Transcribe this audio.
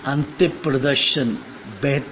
अंतिम प्रदर्शन बेहतर